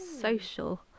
social